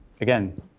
again